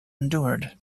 endured